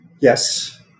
Yes